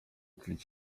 tlić